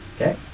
Okay